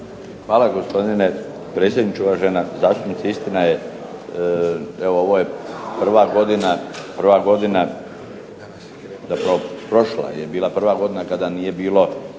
Hvala gospodine predsjedniče, uvažena zastupnice. Istina je ovoje prva godina, zapravo prošla je bila prva godina kada nije bilo